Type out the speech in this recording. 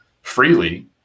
freely